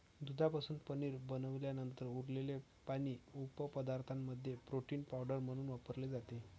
दुधापासून पनीर बनवल्यानंतर उरलेले पाणी उपपदार्थांमध्ये प्रोटीन पावडर म्हणून वापरले जाते